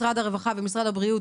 משרד הרווחה ומשרד הבריאות